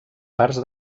parts